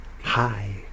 Hi